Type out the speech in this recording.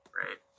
right